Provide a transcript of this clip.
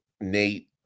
Nate